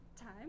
time